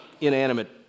inanimate